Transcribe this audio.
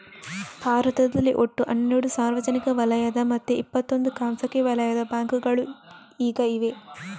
ಭಾರತದಲ್ಲಿ ಒಟ್ಟು ಹನ್ನೆರಡು ಸಾರ್ವಜನಿಕ ವಲಯದ ಮತ್ತೆ ಇಪ್ಪತ್ತೊಂದು ಖಾಸಗಿ ವಲಯದ ಬ್ಯಾಂಕುಗಳು ಈಗ ಇವೆ